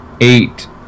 eight